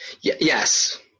yes